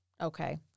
Okay